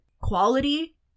quality